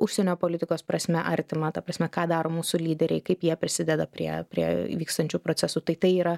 užsienio politikos prasme artima ta prasme ką daro mūsų lyderiai kaip jie prisideda prie prie vykstančių procesų tai tai yra